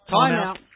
timeout